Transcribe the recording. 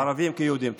ערבים כיהודים.